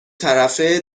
طرفه